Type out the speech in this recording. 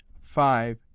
five